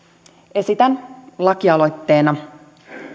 esitän lakialoitteena